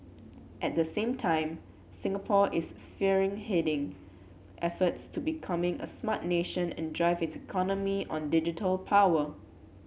at the same time Singapore is spearheading efforts to become a Smart Nation and drive its economy on digital power